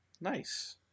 nice